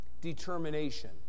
determination